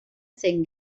zein